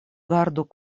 gardu